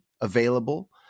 available